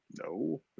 no